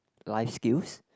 life skills